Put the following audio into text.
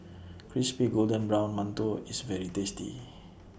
Crispy Golden Brown mantou IS very tasty